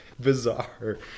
bizarre